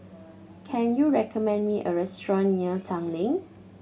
can you recommend me a restaurant near Tanglin